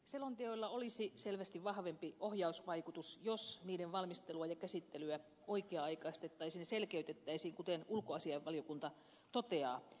selonteoilla olisi selvästi vahvempi ohjausvaikutus jos niiden valmistelua ja käsittelyä oikea aikaistettaisiin ja selkeytettäisiin kuten ulkoasiainvaliokunta toteaa